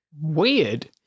Weird